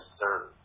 serve